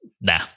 Nah